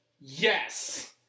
yes